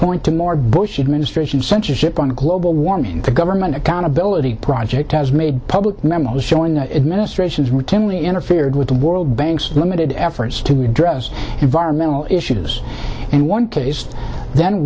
point to more bush administration censorship on global warming the government accountability project has made public memo was showing the administration's routinely interfered with the world bank's limited efforts to address environmental issues and one